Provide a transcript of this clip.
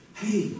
hey